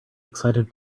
excited